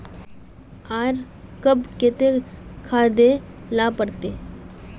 आर कब केते खाद दे ला पड़तऐ?